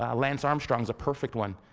um lance armstrong is a perfect one.